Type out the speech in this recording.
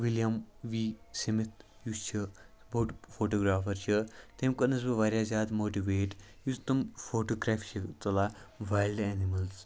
William V Smith یُس چھِ یُس بوٚڈ فوٹوگرٛافَر چھِ تٔمۍ کوٚرنَس بہٕ واریاہ زیادٕ ماٹِویٹ یُس تِم فوٹوگرٛیف چھِ تُلان وایلڈٕ اٮ۪نِمٕلز